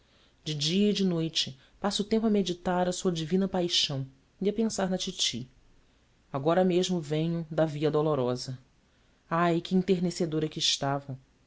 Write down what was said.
de dia e de noite passo o tempo a meditar a sua divina paixão e a pensar na titi agora mesmo venho da via dolorosa ai que enternecedora que estava